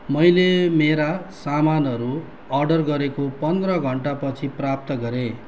मैले मेरा सामानहरू अर्डर गरेको पन्ध्र घन्टा पछि प्राप्त गरेँ